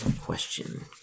Question